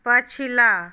पछिला